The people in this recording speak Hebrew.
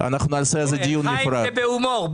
חיים, זה בהומור.